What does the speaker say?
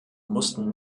mussten